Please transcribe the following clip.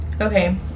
Okay